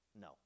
No